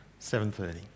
7.30